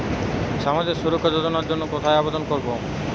সামাজিক সুরক্ষা যোজনার জন্য কোথায় আবেদন করব?